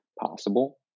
possible